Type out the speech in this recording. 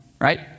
right